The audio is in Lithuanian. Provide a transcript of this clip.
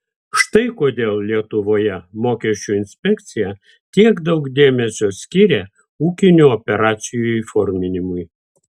štai kodėl lietuvoje mokesčių inspekcija tiek daug dėmesio skiria ūkinių operacijų įforminimui